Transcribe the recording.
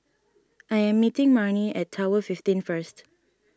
I am meeting Marnie at Tower fifteen first